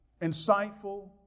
insightful